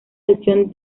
sección